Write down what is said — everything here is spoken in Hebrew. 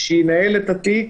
שינהל את התיק